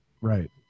Right